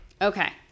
Okay